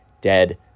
dead